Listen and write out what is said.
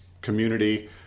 community